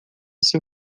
seu